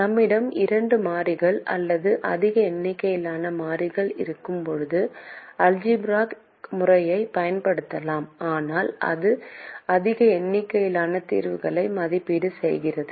நம்மிடம் இரண்டு மாறிகள் அல்லது அதிக எண்ணிக்கையிலான மாறிகள் இருக்கும்போது அல்ஜெப்ராய்க்இயற்கணித முறையைப் பயன்படுத்தலாம்ஆனால் அது அதிக எண்ணிக்கையிலான தீர்வுகளை மதிப்பீடு செய்கிறது